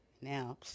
Now